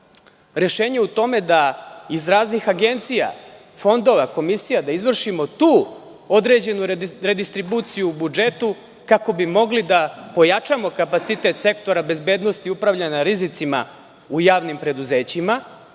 rešenje u tome da iz raznih agencija, fondova, komisija da izvršimo tu određenu redistribuciju u budžetu kako bismo mogli da pojačamo kapacitet sektora bezbednosti i upravljanja rizicima u javnim preduzećima